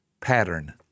pattern